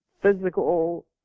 physical